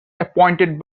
appointed